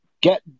get